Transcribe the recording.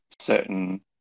certain